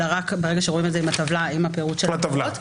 אלא רק ברגע שרואים את הטבלה עם פירוט העבירות.